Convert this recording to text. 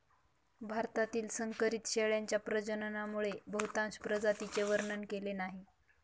भारतातील संकरित शेळ्यांच्या प्रजननामुळे बहुतांश प्रजातींचे वर्णन केलेले नाही